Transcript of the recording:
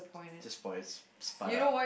just spoils out out